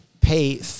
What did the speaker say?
pay